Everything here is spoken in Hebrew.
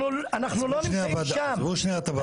אנחנו לא נמצאים שם --- עזבו את הוועדות המחוזיות.